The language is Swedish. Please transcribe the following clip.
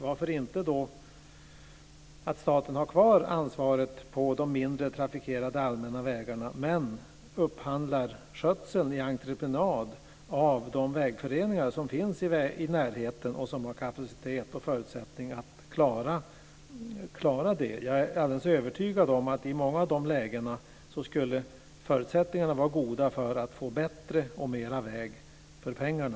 Varför kan inte staten ha kvar ansvaret för de mindre trafikerade allmänna vägarna och upphandla skötseln i entreprenad av de vägföreningar som finns i närheten och som har kapacitet och förutsättningar att klara det? Jag är övertygad om att förutsättningarna i ett sådant läge skulle vara goda för att få bättre och mer väg för pengarna.